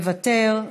מוותר,